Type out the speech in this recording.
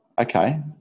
Okay